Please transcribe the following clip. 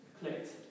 clicked